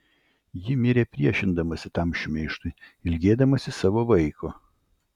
ji mirė priešindamasi tam šmeižtui ilgėdamasi savo vaiko